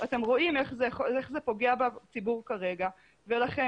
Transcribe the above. אתם רואים איך זה פוגע בציבור כרגע ולכן